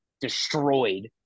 destroyed